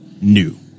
new